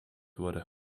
wurde